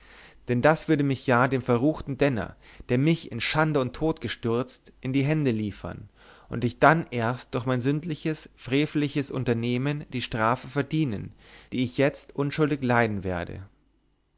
denn das würde mich ja dem verruchten denner der mich in schande und tod gestürzt hat in die hände liefern und ich dann erst durch mein sündliches freveliches unternehmen die strafe verdienen die ich jetzt unschuldig leiden werde